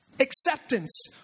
Acceptance